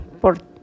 por